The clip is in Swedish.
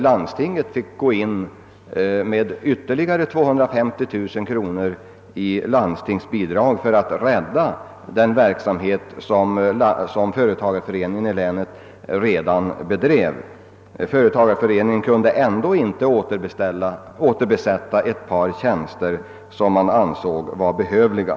Landstinget måste lämna ytterligare 250 000 kr. i landstingsbidrag för att rädda den verksamhet som företagareföreningen i länet bedrev. Företagareföreningen kunde ändå inte återbesätta ett par tjänster som föreningen ansåg behövliga.